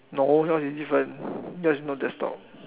no now is different yours is not desktop